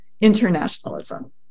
internationalism